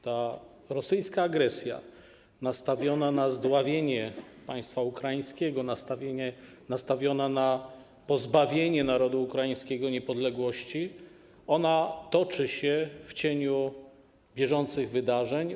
Ta rosyjska agresja, nastawiona na zdławienie państwa ukraińskiego, nastawiona na pozbawienie narodu ukraińskiego niepodległości, toczy się w cieniu bieżących wydarzeń.